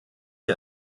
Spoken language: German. die